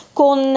con